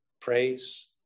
praise